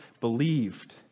believed